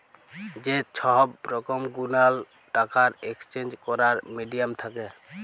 যে সহব রকম গুলান টাকার একেসচেঞ্জ ক্যরার মিডিয়াম থ্যাকে